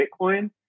Bitcoin